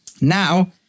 Now